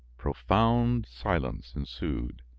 profound silence ensued.